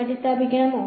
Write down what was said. മാറ്റിസ്ഥാപിക്കണോ